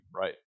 right